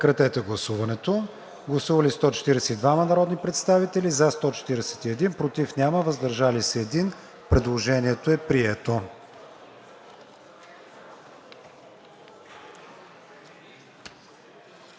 Предложението е прието.